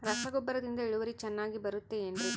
ರಸಗೊಬ್ಬರದಿಂದ ಇಳುವರಿ ಚೆನ್ನಾಗಿ ಬರುತ್ತೆ ಏನ್ರಿ?